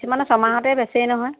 কিছুমানে ছমাহতে বেছেই নহয়